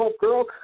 Girl